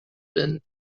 been